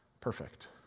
perfect